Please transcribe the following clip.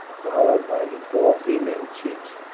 followed by the four female chiefs,